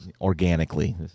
Organically